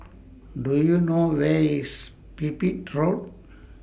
Do YOU know Where IS Pipit Road